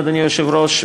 אדוני היושב-ראש,